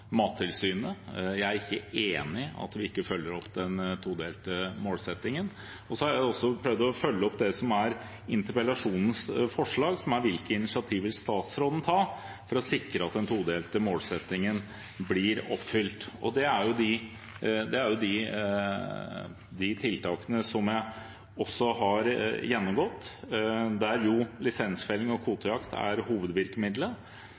Mattilsynet. Jeg er ikke enig i at vi ikke følger opp den todelte målsettingen. Jeg har også prøvd å følge opp interpellasjonens spørsmål, som er: «Hvilke initiativ vil statsråden ta for å sikre at den todelte målsettingen blir oppfylt?» Det er jo de tiltakene jeg har gjennomgått, der lisensfelling og kvotejakt er hovedvirkemiddelet.